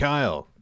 Kyle